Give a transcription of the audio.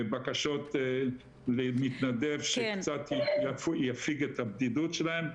בקשות למתנדב שקצת יפיג את הבדידות שלהם.